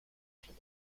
plus